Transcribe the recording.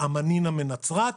"אמאנינא" מנצרת,